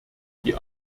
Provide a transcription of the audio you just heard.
die